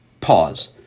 pause